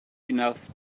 enough